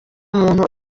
muntu